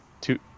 two